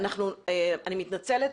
אני מתנצלת,